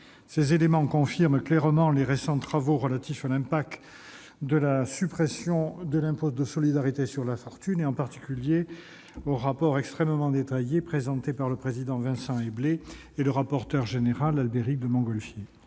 Ces éléments confirment clairement les récents travaux relatifs à l'impact de la suppression de l'ISF, en particulier le rapport extrêmement détaillé présenté par le président Vincent Éblé et le rapporteur général Albéric de Montgolfier.